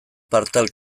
partal